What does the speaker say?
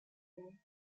near